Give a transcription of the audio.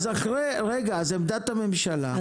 עמדת הממשלה,